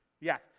Yes